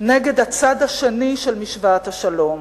נגד הצד השני של משוואת השלום,